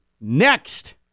next